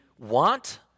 want